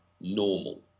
normal